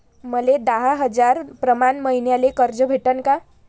मले दहा हजार प्रमाण मईन्याले कर्ज भेटन का?